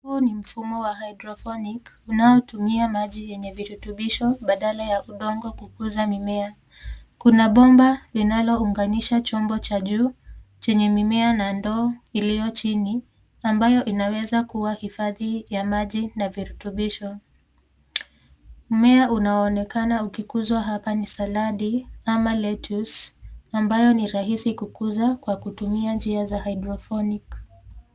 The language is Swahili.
Huu ni mfumo wa hydroponic unaotumia maji yenye virutubisho badala ya udongo kukuza mimea. Kuna bomba linalounganisha chombo cha juu chenye mimea na ndoo iliyo chini ambayo inaweza kuwa hifadhi ya maji na virutubisho. Mmea unaoonekana ukikuzwa hapa ni saladi ama lettuce ambayo ni rahisi kukuza kwa kutumia njia za hydroponic .